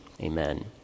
Amen